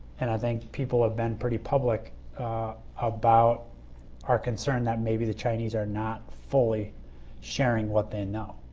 and i think people have been pretty public about our concern that maybe the chinese are not fully sharing what they know.